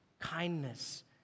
kindness